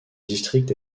district